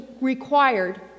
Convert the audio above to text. required